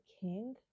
king